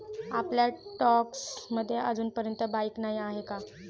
आपल्या स्टॉक्स मध्ये अजूनपर्यंत बाईक नाही आहे का?